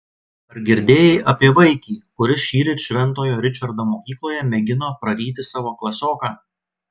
ar girdėjai apie vaikį kuris šįryt šventojo ričardo mokykloje mėgino praryti savo klasioką